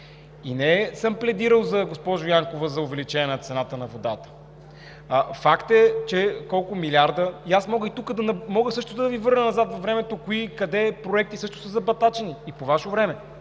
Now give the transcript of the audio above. И не съм пледирал, госпожо Янкова, за увеличение на цената на водата! Факт е, че колко милиарда… Аз мога също да Ви върна назад във времето, кои проекти къде са забатачени и по Ваше време.